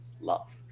love